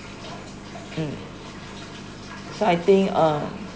mm so I think uh